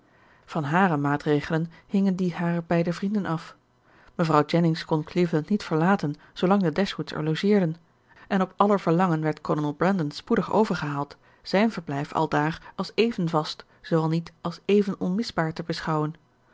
van hare maatregelen hingen die harer beide vrienden af mevrouw jennings kon cleveland niet verlaten zoolang de dashwoods er logeerden en op aller verlangen werd kolonel brandon spoedig overgehaald zijn verblijf aldaar als even vast zooal niet als even onmisbaar te beschouwen